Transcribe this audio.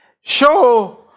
Show